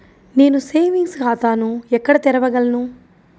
నేను సేవింగ్స్ ఖాతాను ఎక్కడ తెరవగలను?